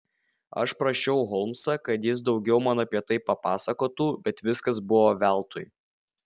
aš prašiau holmsą kad jis daugiau man apie tai papasakotų bet viskas buvo veltui